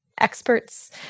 experts